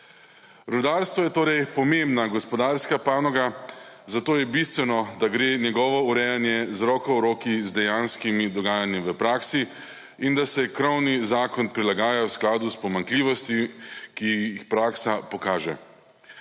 rudarstvu je torej pomembna gospodarska panoga, zato je bistveno, da gre njegovo urejanje z roko v roki z dejanskimi dogajanji v praksi, in da se krovni zakon prilagaja v skladu s pomanjkljivostmi, ki jih praksa pokaže.